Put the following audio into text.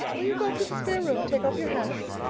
will you go up to the spare room and take off your hats?